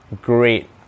great